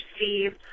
Steve